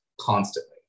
constantly